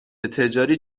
تجاری